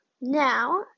now